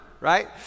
right